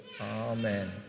Amen